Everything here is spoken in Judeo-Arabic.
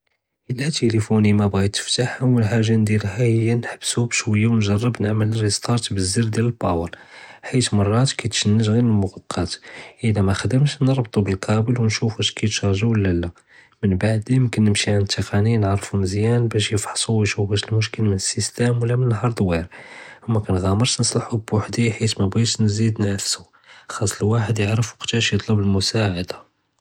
אִלַא טֶלִיפוֹנִי מַאבְגַא יִתְפַתַח אוּל חַאגַ'ה נְדִירְהַ הִיָא נַחְבְּסוּ בַּשְּׁוַיָה וְנַג'רַב נַעְמֵל רֶיסְטַאט בַּזַר דְיַאל הַפָאוּר חִית מְרָאת קִיתְשַנְג ג'יר הַמוֹבְקַאט, אִלַא מְחַדְמֶש נַרְבְּטוּ בַּקַאבֵּל וְנְשּוּף וַאש קִיתְשַארג'ה לוֹ לָא, מִן בְּעְד יְמְכִין נִמְשִי עַנד תַּקְנִי נַעְרְפוּ מְזְיָאן בַּאש יִפַחְּסוּ וִישוּף וַאש הַמוּשְכִיל מִן הַסִיסְטָאם לוּ מִן הַהַלְתוֹוִיר וּמַכְנַגַמְרֵש נְצַלְחוּ בּוּחְדִי חִית מַאבְגִיש נְזִיד נְעַפְּסוּ חַסְלּו וַחַד יְעַרֵף וַקְתַאש יְטַלְבּ אֶלְמֻסַעְדָה.